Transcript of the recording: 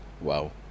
Wow